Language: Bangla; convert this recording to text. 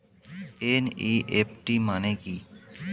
এন.ই.এফ.টি মানে কি?